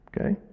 okay